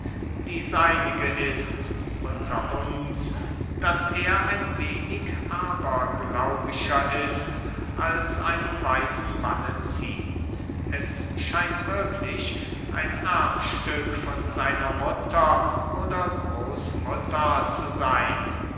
die seinige ist unter uns daß er ein wenig aberglaubischer ist als einem weisen manne ziemt es scheint wirklich ein erbstück von seiner mutter oder großmutter zu seyn